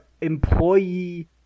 employee